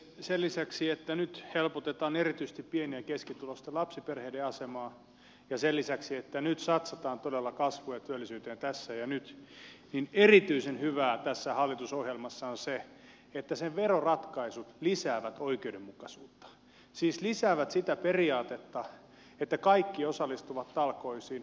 sen lisäksi että nyt helpotetaan erityisesti pieni ja keskituloisten lapsiperheiden asemaa ja sen lisäksi että nyt satsataan todella kasvuun ja työllisyyteen tässä ja nyt niin erityisen hyvää tässä hallitusohjelmassa on se että sen veroratkaisut lisäävät oikeudenmukaisuutta siis lisäävät sitä periaatetta että kaikki osallistuvat talkoisiin maksukyvyn mukaan